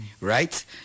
right